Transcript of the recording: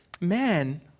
man